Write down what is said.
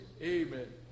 Amen